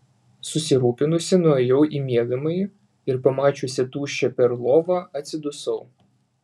susirūpinusi nuėjau į miegamąjį ir pamačiusi tuščią perl lovą atsidusau